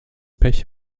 pech